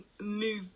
move